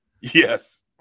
Yes